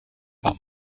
par